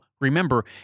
remember